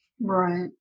Right